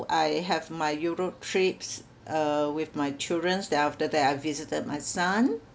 I have my Europe trips uh with my childrens then after that I visited my son